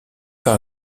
par